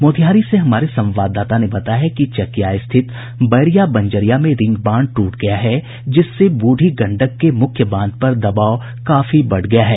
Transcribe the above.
मोतिहारी से हमारे संवाददाता ने बताया है कि चकिया स्थित बैरिया बंजरिया में रिंग बांध ट्रंट गया है जिससे ब्रढ़ी गंडक के मुख्य बांध पर दबाव काफी बढ़ गया है